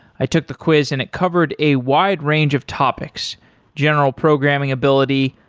i took the quiz and it covered a wide range of topics general programming ability,